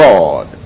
God